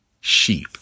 sheep